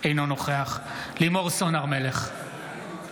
אינו נוכח לימור סון הר מלך,